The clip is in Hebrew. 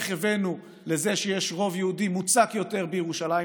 איך הבאנו לזה שיש רוב יהודי מוצק יותר בירושלים,